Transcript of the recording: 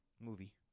Movie